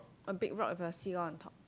a big rock with a seagull on top